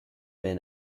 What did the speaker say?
been